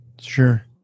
Sure